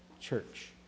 Church